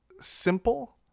simple